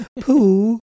Pooh